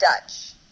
Dutch